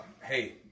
Hey